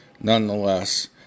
nonetheless